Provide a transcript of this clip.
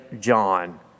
John